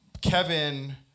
Kevin